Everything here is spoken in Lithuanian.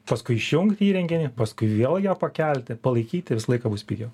paskui išjungt įrenginį paskui vėl ją pakelti palaikyti visą laiką bus pigiau